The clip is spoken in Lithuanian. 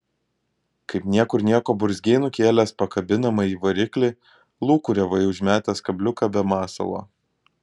kaip niekur nieko burzgei nukėlęs pakabinamąjį variklį lūkuriavai užmetęs kabliuką be masalo